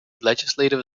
legislative